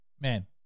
Man